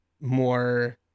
more